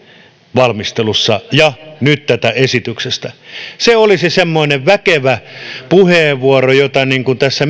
valmistelussa ja nyt tästä esityksestä se olisi semmoinen väkevä puheenvuoro jota tässä mielenkiinnolla